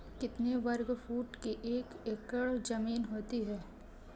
कितने वर्ग फुट की एक एकड़ ज़मीन होती है?